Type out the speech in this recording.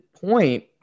point